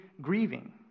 grieving